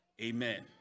amen